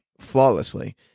flawlessly